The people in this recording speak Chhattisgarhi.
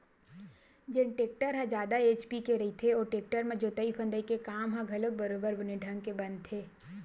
जेन टेक्टर ह जादा एच.पी के रहिथे ओ टेक्टर म जोतई फंदई के काम ह घलोक बरोबर बने ढंग के बनथे